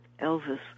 Elvis